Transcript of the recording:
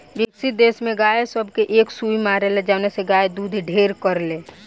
विकसित देश में गाय सब के एक सुई मारेला जवना से गाय दूध ढेर करले